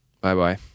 Bye-bye